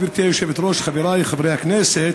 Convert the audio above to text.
גברתי היושבת-ראש, חבריי חברי הכנסת,